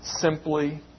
simply